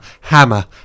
hammer